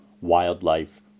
Wildlife